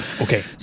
Okay